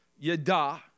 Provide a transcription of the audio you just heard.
yada